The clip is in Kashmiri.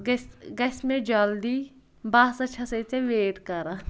گژھِ گژھِ مےٚ جلدی بہٕ ہَسا چھَسے ژےٚ ویٹ کَران